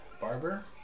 barber